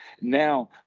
now